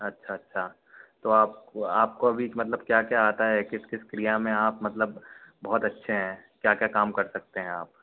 अच्छा अच्छा तो आप आपको अभी मतलब क्या क्या आता है किस किस क्रिया में मतलब बहुत अच्छे हैं क्या क्या काम कर सकते हैं आप